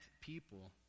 people